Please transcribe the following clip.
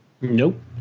Nope